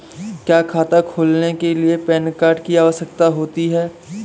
क्या खाता खोलने के लिए पैन कार्ड की आवश्यकता होती है?